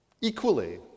Equally